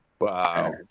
Wow